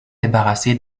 débarrassé